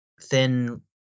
thin